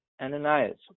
Ananias